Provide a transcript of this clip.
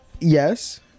Yes